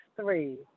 three